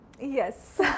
Yes